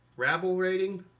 rabble rating,